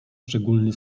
szczególny